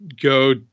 go